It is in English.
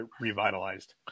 revitalized